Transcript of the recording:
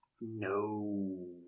No